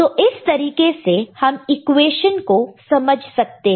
तो इस तरीके से हम इक्वेशन को समझ सकते है